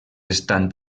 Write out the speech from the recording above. estan